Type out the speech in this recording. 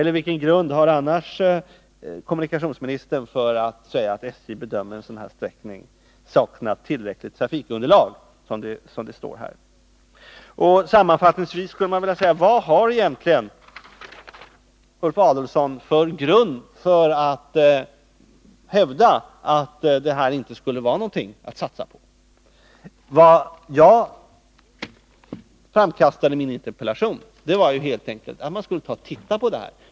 Vilken grund har kommunikationsministern annars för att säga att SJ bedömer att en sådan här sträcka ”saknar tillräckligt trafikunderlag”, som det hette i svaret? Sammanfattningsvis vill jag fråga: Vad har Ulf Adelsohn egentligen för grund för att hävda att denna järnväg inte skulle vara någonting att satsa på? Vad jag framkastade i min interpellation var helt enkelt att man skulle undersöka denna möjlighet.